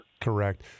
Correct